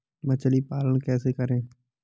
मछली पालन कैसे करें?